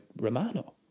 Romano